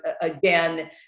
again